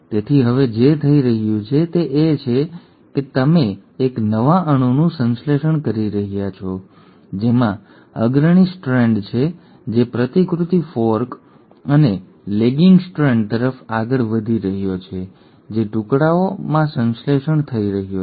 તેથી હવે જે થઈ રહ્યું છે તે એ છે કે તમે એક નવા અણુનું સંશ્લેષણ કરી રહ્યા છો જેમાં અગ્રણી સ્ટ્રાન્ડ છે જે પ્રતિકૃતિ ફોર્ક અને લેગિંગ સ્ટ્રાન્ડ તરફ આગળ વધી રહ્યો છે જે ટુકડાઓ અને ટુકડાઓમાં સંશ્લેષણ થઈ રહ્યો છે